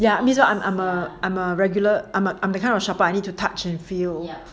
ya I'm a I'm a I'm a regular I'm I'm a kind of shopper I need to touch and feel